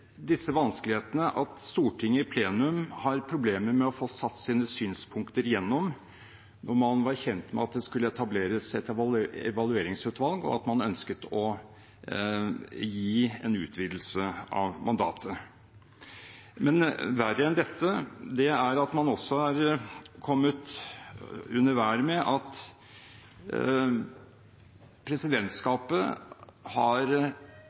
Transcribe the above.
disse vanskelighetene at Stortinget i plenum hadde problemer med å få sine synspunkter igjennom da man var kjent med at det skulle etableres et evalueringsutvalg, og at man ønsket å gi en utvidelse av mandatet. Men verre enn dette er det at man også er kommet under vær med at presidentskapet har